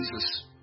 Jesus